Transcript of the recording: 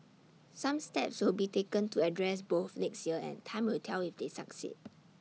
some steps will be taken to address both next year and time will tell if they succeed